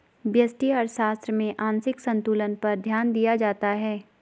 व्यष्टि अर्थशास्त्र में आंशिक संतुलन पर ध्यान दिया जाता है